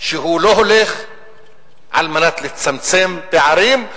שהוא לא הולך על מנת לצמצם פערים,